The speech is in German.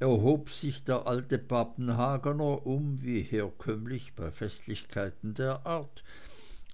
erhob sich der alte papenhagner um wie herkömmlich bei festlichkeiten der art